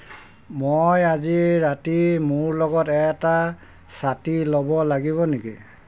মই আজি ৰাতি মোৰ লগত এটা ছাতি ল'ব লাগিব নেকি